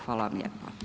Hvala vam lijepo.